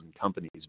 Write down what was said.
companies